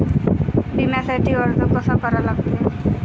बिम्यासाठी अर्ज कसा करा लागते?